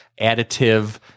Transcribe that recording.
additive